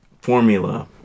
formula